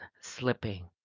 slipping